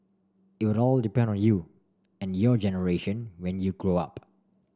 it will all depend on you and your generation when you grow up